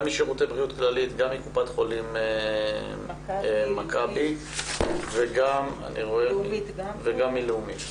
גם משירותי בריאות כללית וגם מקופת חולים מכבי וגם מלאומית,